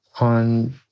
on